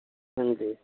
हां जी